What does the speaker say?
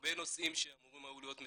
הרבה נושאים שאמורים היו להיות מטופלים,